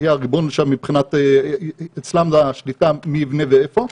הריבון שם מבחינת השליטה של מי יבנה ואיפה,